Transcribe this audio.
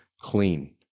clean